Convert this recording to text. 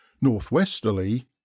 Northwesterly